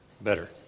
better